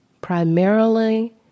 primarily